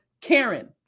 karen